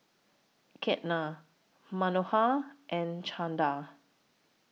Ketna Manohar and Chanda